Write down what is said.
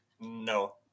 No